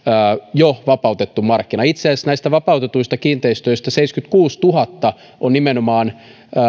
jo vapautettu markkina itse asiassa näistä vapautetuista kiinteistöistä seitsemänkymmentäkuusituhatta on nimenomaan